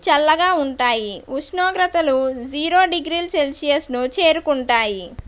చల్లగా ఉంటాయి ఉష్ణోగ్రతలు జీరో డిగ్రీల సెల్సియస్ను చేరుకుంటాయి